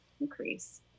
increase